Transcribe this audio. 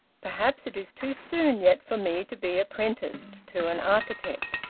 perhaps it is too soon yet for me to be apprenticed to an architect,